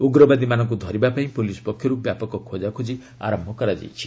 ଉଗ୍ରବାଦୀମାନଙ୍କୁ ଧରିବା ପାଇଁ ପୁଲିସ୍ ପକ୍ଷରୁ ବ୍ୟାପକ ଖୋଜାଖୋଜି ଆରମ୍ଭ କରାଯାଇଛି